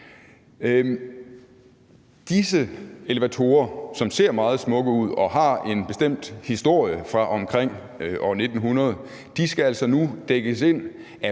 Disse elevatorer, som ser meget smukke ud og har en bestemt historie fra omkring år 1900, skal altså nu dækkes ind af